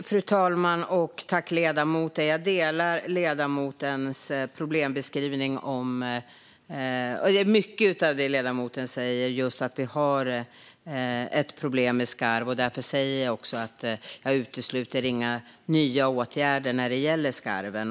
Fru talman! Jag delar ledamotens problembeskrivning och instämmer i mycket av det som ledamoten säger. Vi har ett problem med skarv. Därför säger jag också att jag inte utesluter några nya åtgärder när det gäller skarven.